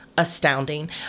astounding